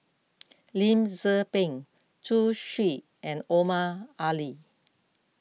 Lim Tze Peng Zhu Xu and Omar Ali